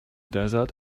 desert